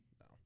No